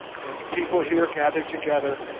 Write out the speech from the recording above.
and people here gathered together,